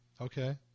Okay